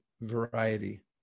variety